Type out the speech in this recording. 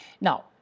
Now